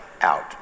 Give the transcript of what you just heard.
out